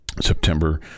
September